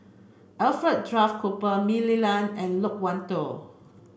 Alfred Duff Cooper Mah Li Lian and Loke Wan Tho